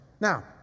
Now